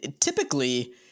typically